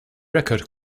record